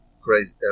crazy